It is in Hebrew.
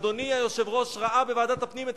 אדוני היושב-ראש ראה בוועדת הפנים את